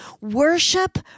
Worship